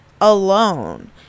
alone